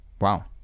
Wow